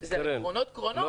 אלה קרונות-קרונות,